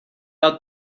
about